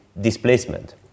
displacement